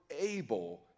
able